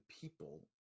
people